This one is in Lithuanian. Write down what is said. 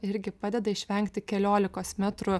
irgi padeda išvengti keliolikos metrų